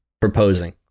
proposing